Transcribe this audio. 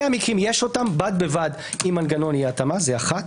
המקרים יש אותם בד בבד עם מנגנון אי התאמה זה אחת.